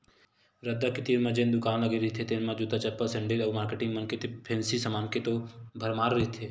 रद्दा के तीर म जेन दुकान लगे रहिथे तेन म जूता, चप्पल, सेंडिल अउ मारकेटिंग मन के फेंसी समान के तो भरमार रहिथे